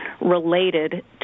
related